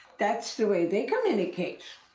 that's the way they communicate.